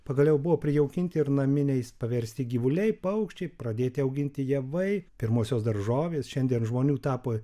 pagaliau buvo prijaukinti ir naminiais paversti gyvuliai paukščiai pradėti auginti javai pirmosios daržovės šiandien žmonių tapo